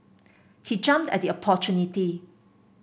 he jumped at the opportunity